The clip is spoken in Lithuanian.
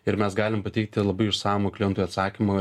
ir mes galim pateikti labai išsamų klientui atsakymą